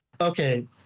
okay